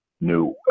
new